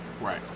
right